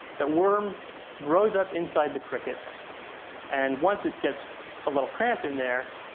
the worm grows up inside the cricket and once it gets a little cramped in there,